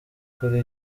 kuri